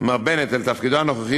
מר בנט לתפקידו הנוכחי,